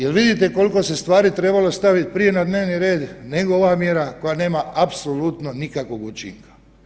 Jel vidite koliko se stvari trebalo staviti prije na dnevni red, nego ova mjera koja nema apsolutno nikakvog učinka.